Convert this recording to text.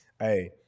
Hey